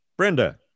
Brenda